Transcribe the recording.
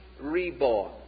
reborn